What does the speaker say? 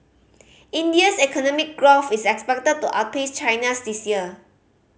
India's economic growth is expected to outpace China's this year